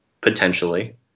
Potentially